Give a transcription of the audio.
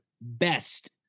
best